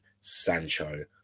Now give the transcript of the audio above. Sancho